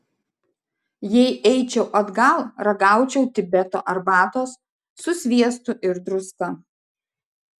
jei eičiau atgal ragaučiau tibeto arbatos su sviestu ir druska